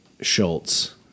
Schultz